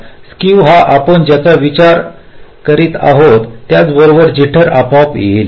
skew हा आपण ज्याचा आपण विचार करीत आहोत त्याबरोबर जिटर आपोआप येईल